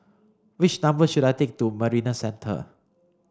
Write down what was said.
which number should I take to Marina Centre